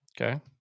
Okay